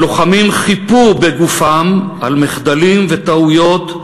הלוחמים חיפו בגופם על מחדלים וטעויות,